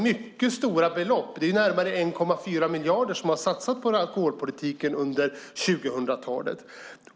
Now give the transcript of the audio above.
Mycket stora belopp, närmare 1,4 miljarder, har satsats på alkoholpolitiken under 2000-talet.